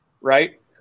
Right